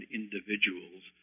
individuals